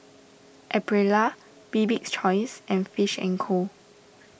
Aprilia Bibik's Choice and Fish and Co